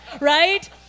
right